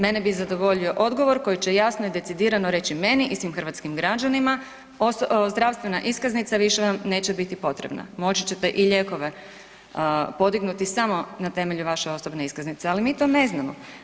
Mene bi zadovoljio odgovor koji će jasno i decidirano reći, meni i svim hrvatskim građanima „zdravstvena iskaznica više vam neće biti potrebna, moći ćete i lijekove podignuti samo na temelju vaše osobne iskaznice“, ali mi to ne znamo.